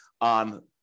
on